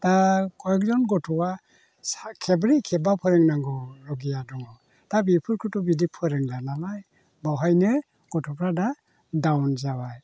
दा खय एकजन गथ'आ खेबब्रै खेबबा फोरोंनांगौलगिया दङ दा बेफोरखौथ' बिदि फोरोंला नालाय बावहायनो गथ'फ्रा दा डाउन जाबाय